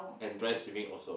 and dry swimming also